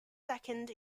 second